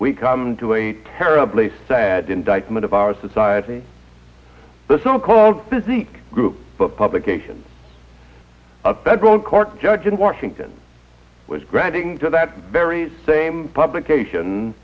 we come to a terribly sad indictment of our society the so called physique group but publication of federal court judge in washington was granting that very same publication